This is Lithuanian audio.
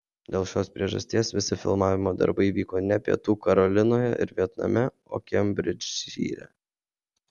dėl šios priežasties visi filmavimo darbai vyko ne pietų karolinoje ir vietname o kembridžšyre